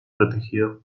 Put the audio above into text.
protegidos